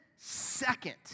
second